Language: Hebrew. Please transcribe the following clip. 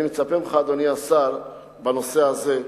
אני מצפה ממך, אדוני השר, בנושא הזה,